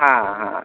हाँ हाँ